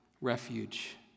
refuge